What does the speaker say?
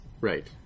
right